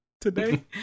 today